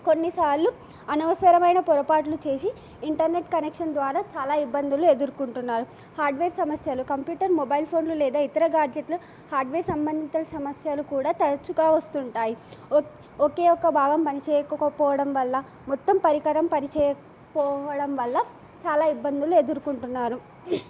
కొన్నిసార్లు అనవసరమైన పొరపాటులు చేసి ఇంటర్నెట్ కనెక్షన్ ద్వారా చాలా ఇబ్బందులు ఎదుర్కంటున్నారు హార్డ్వేర్ సమస్యలు కంప్యూటర్ మొబైల్ ఫోన్లు లేదా ఇతర గ్యాడ్జెట్లు హార్డ్వేర్ సంబంధిత సమస్యలు కూడా తరచుగా వస్తుంటాయి ఒకే ఒక భాగం పనిచేయకపోవడం వల్ల మొత్తం పరికరం పనిచేయకపోవడం వల్ల చాలా ఇబ్బందులు ఎదుర్కుంటున్నారు